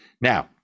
Now